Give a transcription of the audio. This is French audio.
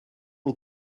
aux